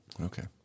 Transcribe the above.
Okay